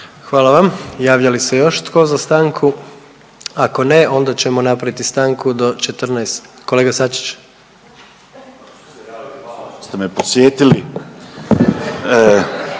Hvala vam. Javlja li se još tko za stanku? Ako ne onda ćemo napraviti stanku do 14, kolega Sačić. **Sačić, Željko (Hrvatski